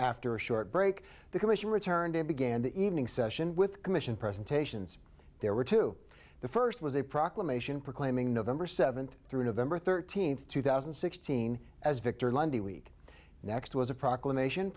after a short break the commission returned and began the evening session with commission presentations there were two the first was a proclamation proclaiming november seventh through november thirteenth two thousand and sixteen as victory monday week next was a proclamation